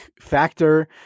factor